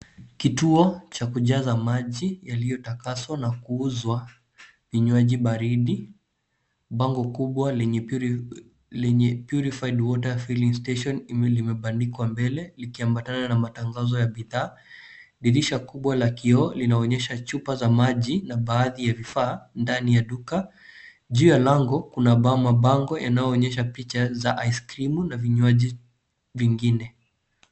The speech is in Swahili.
Kituo cha kujaza maji yaliyotakaswa na kuuzwa vinywaji baridi. Bango kubwa lenye Purified water filling station limebandikwa mbele, likiambatana na matangazo ya bidhaa. Dirisha kubwa la kioo linaonyesha chupa za maji na baadhi ya vifaa ndani ya duka. Juu ya lango kuna mabango yanayoonyesha picha za aiskrimu na vinywaji vingine.